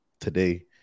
today